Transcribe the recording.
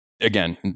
Again